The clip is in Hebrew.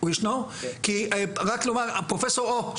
הנושא של